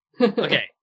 Okay